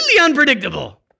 unpredictable